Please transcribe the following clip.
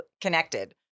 connected